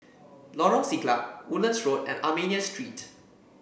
Lorong Siglap Woodlands Road and Armenian Street